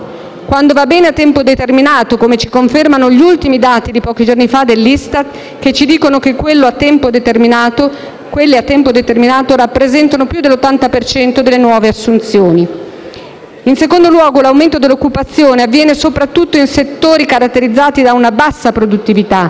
quando va bene a tempo determinato, come ci confermano gli ultimi dati di pochi giorni fa dell'ISTAT, che ci dicono che quelle a tempo determinato rappresentano più dell'80 per cento delle nuove assunzioni. In secondo luogo, l'aumento dell'occupazione avviene soprattutto in settori caratterizzati da una bassa produttività,